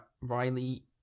Riley